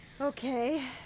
Okay